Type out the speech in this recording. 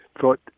thought